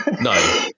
no